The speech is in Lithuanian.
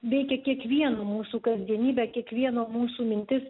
veikia kiekvieno mūsų kasdienybę kiekvieno mūsų mintis